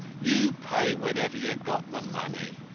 you pay whenever you've got the money.